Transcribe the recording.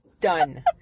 done